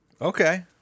Okay